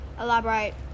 Elaborate